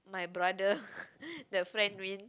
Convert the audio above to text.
my brother the friend win